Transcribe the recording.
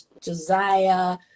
josiah